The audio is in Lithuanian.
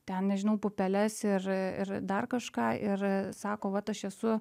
ten nežinau pupeles ir ir dar kažką ir sako vat aš esu